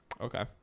okay